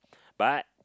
but